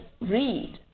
read